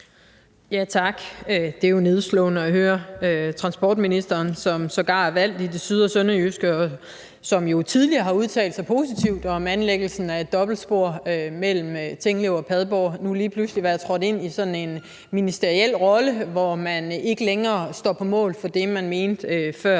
Tak. Det er jo nedslående at høre, at transportministeren, som sågar er valgt i det syd- og sønderjyske, og som jo tidligere har udtalt sig positivt om anlæggelsen af et dobbeltspor mellem Tinglev og Padborg, nu lige pludselig er trådt ind i sådan en ministeriel rolle, hvor man ikke længere står på mål for det, man mente før